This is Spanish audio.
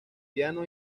piano